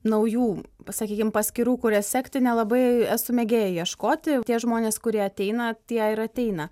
naujų pasakykim paskyrų kurias sekti nelabai esu mėgėja ieškoti tie žmonės kurie ateina tie ir ateina